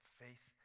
faith